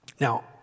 Now